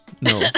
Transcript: No